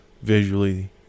Visually